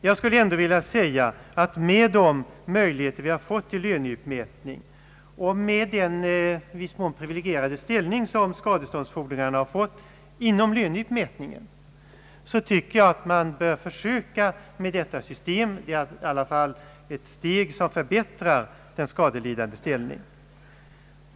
Jag skulle ändå vilja säga att med de möjligheter vi fått till löneutmätning och med den i viss mån privilegierade ställning som skadeståndsfordringarna erhållit vid löneutmätningen tycker jag att man bör pröva detta system en tid. Det innebär i alla fall ett steg som förbättrar den skadelidandes ställning.